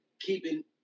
keeping